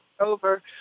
over